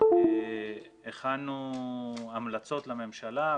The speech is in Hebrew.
הכנו המלצות לממשלה.